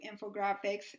infographics